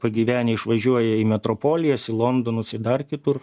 pagyvenę išvažiuoja į metropolijas į londonus į dar kitur